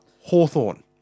Hawthorne